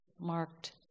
marked